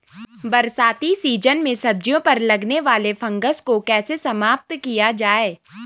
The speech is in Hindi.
बरसाती सीजन में सब्जियों पर लगने वाले फंगस को कैसे समाप्त किया जाए?